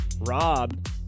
Rob